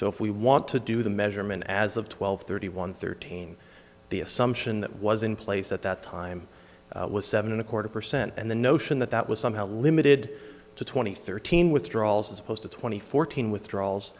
so if we want to do the measurement as of twelve thirty one thirteen the assumption that was in place at that time was seven and a quarter percent and the notion that that was somehow limited to two thousand and thirteen withdrawals as opposed to two thousand and fourteen withdrawals